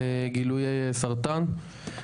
לגילוי סרטן.